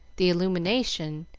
the illumination,